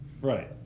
right